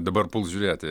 dabar puls žiūrėti